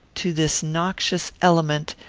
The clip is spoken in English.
to this noxious element,